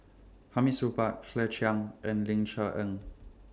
Hamid Supaat Claire Chiang and Ling Cher Eng